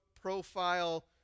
profile